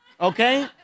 Okay